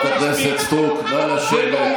שאף אחד לא ציפה, חברת הכנסת סטרוק, נא לשבת.